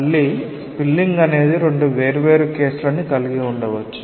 మళ్ళీ స్పిల్లింగ్ అనేది రెండు వేర్వేరు కేసులను కలిగి ఉండవచ్చు